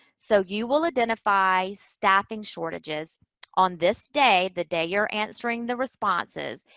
so, you will identify staffing shortages on this day, the day you're answering the responses,